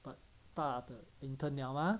but 大的 intern liao mah